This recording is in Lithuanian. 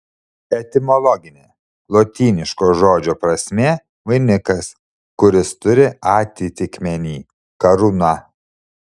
etimologinė lotyniško žodžio prasmė vainikas kuris turi atitikmenį karūna